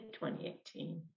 2018